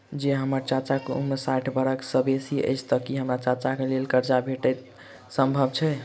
जँ हम्मर चाचाक उम्र साठि बरख सँ बेसी अछि तऽ की हम्मर चाचाक लेल करजा भेटब संभव छै?